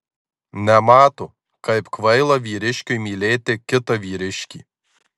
nemato kaip kvaila vyriškiui mylėti kitą vyriškį